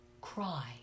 cry